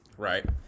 Right